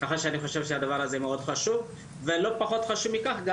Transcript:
ככה שאני חושב שהדבר הזה מאוד חשוב ולא פחות חשוב מכך,